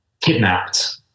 kidnapped